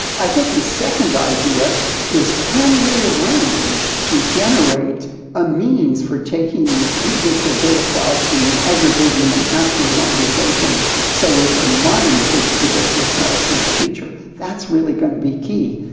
i think a second idea is, can we arrange to generate a means for taking these individual data clouds and aggregating them after anonymisation so we can mine for the predictive medicine of the future. that's really going to be key,